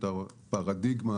לתקצב